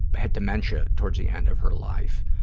had dementia towards the end of her life,